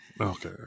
Okay